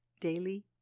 Daily